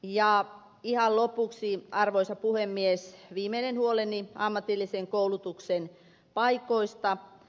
ja ihan lopuksi arvoisa puhemies viimeinen huoleni ammatillisen koulutuksen paikoista